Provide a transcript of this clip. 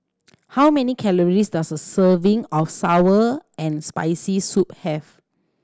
how many calories does a serving of sour and Spicy Soup have